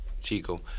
Chico